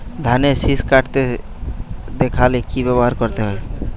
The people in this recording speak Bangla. ধানের শিষ কাটতে দেখালে কি ব্যবহার করতে হয়?